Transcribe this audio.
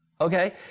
Okay